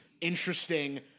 interesting